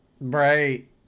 Right